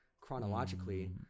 Chronologically